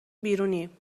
بیرونیم